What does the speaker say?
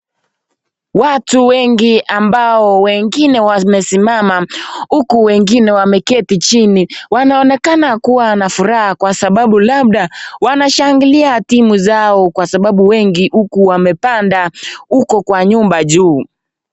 Watu wengi ambao wengine wamesimama huku wengine wameketi chini. Wanaonekana kuwa na furaha kwa sababu labda wanashangilia timu zao kwa sababu wengi huku wamepanda huko kwa nyumba juu.